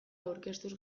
aurkeztuz